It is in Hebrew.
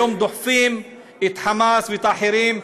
היום דוחפים את "חמאס" ואת האחרים.